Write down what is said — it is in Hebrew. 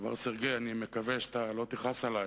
טוואר סרגיי, אני מקווה שאתה לא תכעס עלי